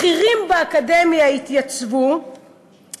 בכירים באקדמיה התייצבו,